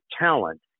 talent